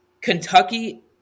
Kentucky